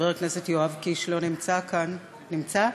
חבר הכנסת יואב קיש לא נמצא כאן, נמצא?